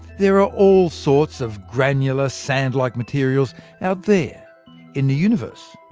there are all sorts of granular sand-like materials out there in the universe.